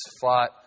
fought